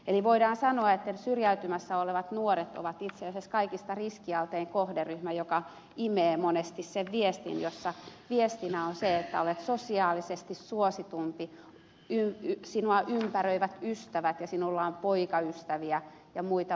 eli voidaan sanoa että syrjäytymässä olevat nuoret ovat itse asiassa kaikista riskialttein kohderyhmä joka imee monesti sen viestin jossa viestinä on se että olet sosiaalisesti suositumpi sinua ympäröivät ystävät ja sinulla on poikaystäviä ja muita vastaavia